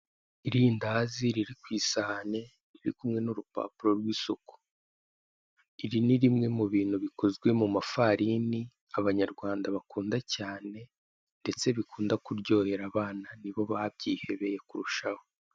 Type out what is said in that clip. Irindazi riri ku isahane riri kumwe n'urupapuro rw'isuku, Iri ni rimwe mu bintu bikozwe mu mafarini abanyarwanda bakunda cyane, ndetse bikunda kuryohera abana nibo babyihebeye kurushaho.